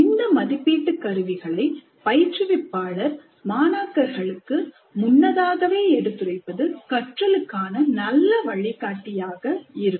இந்த மதிப்பீட்டு கருவிகளை பயிற்றுவிப்பாளர் மாணாக்கர்களுக்கு முன்னதாகவே எடுத்துரைப்பது கற்றலுக்கான நல்ல வழிகாட்டியாக இருக்கும்